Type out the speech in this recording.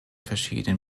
verschiedenen